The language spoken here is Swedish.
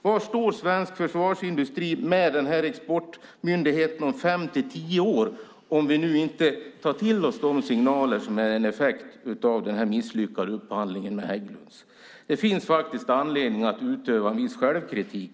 Var står svensk försvarsindustri och denna exportmyndighet om fem till tio år om vi nu inte tar till oss de signaler som är en effekt av den misslyckade upphandlingen med Hägglunds? Det finns faktiskt anledning att utöva viss självkritik.